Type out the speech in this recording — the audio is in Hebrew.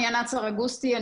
ענת סרגוסטי,